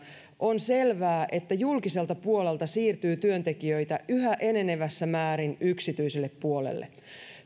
on selvää että julkiselta puolelta siirtyy työntekijöitä yhä enenevässä määrin yksityiselle puolelle niin